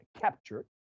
captured